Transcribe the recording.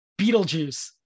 Beetlejuice